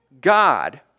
God